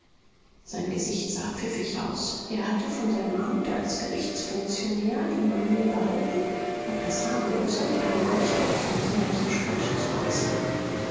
sein gesicht sah pfiffig aus er hatte von seinem amt als gerichtsfunktionär die manier behalten auch das harmlose mit einem ausdruck von säuerlichem spott zu äußern